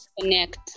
connect